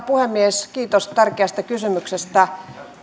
puhemies kiitos tärkeästä kysymyksestä